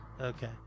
okay